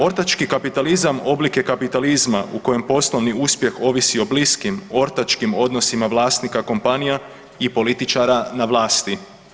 Ortački kapitalizam oblik je kapitalizma u kojem poslovni uspjeh ovisi o bliskim, ortačkim odnosima vlasnika kompanija i političara na vlasti.